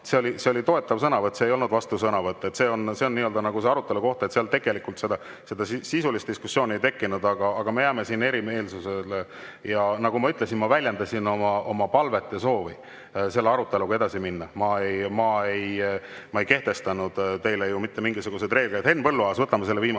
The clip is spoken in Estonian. oli toetav sõnavõtt, see ei olnud vastusõnavõtt. See on arutelu koht. Seal tegelikult sisulist diskussiooni ei tekkinud. Aga me jääme siin erimeelsusele. Ja nagu ma ütlesin, ma väljendasin oma palvet ja soovi selle aruteluga edasi minna. Ma ei kehtestanud teile ju mitte mingisuguseid reegleid. Henn Põlluaas, võtame selle viimase